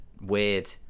Weird